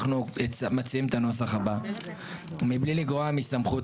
אנחנו מציעים את הנוסח הבא: מבלי לגרוע מסמכות